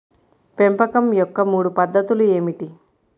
పెంపకం యొక్క మూడు పద్ధతులు ఏమిటీ?